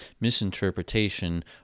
misinterpretation